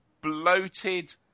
bloated